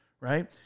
Right